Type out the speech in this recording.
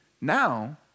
now